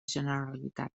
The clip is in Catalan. generalitat